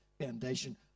foundation